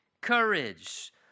courage